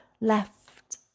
left